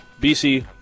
BC